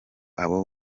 abo